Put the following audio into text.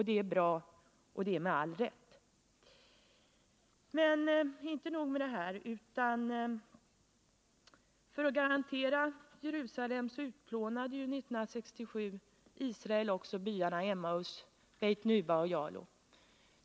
Det är bra, och det har skett med all rätt. Men inte nog med det här, utan för att garantera Jerusalem utplånade Israel år 1967 också byarna Emmaus, Beit-Nuba och Yalo.